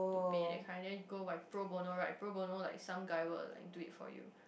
pay that kind then you go by Pro-bono right Pro-bono like some guy will like do it for you